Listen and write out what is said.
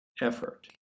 effort